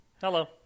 Hello